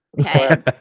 okay